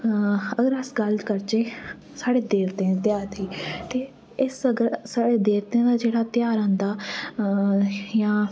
होर अस गल्ल करचै साढ़े देवतें दे ध्यार दी ते एह् सगुआं साढ़े देवतें दा जेह्ड़ा ध्यार आंदा